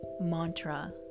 mantra